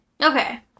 Okay